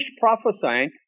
prophesying